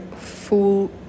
full